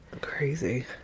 Crazy